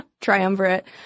triumvirate